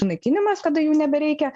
naikinimas kada jų nebereikia